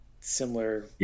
similar